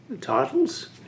titles